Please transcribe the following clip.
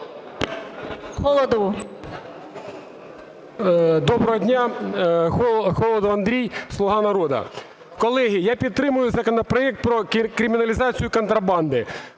А.І. Доброго дня! Холодов Андрій, "Слуга народу". Колеги, я підтримую законопроект про криміналізацію контрабанди.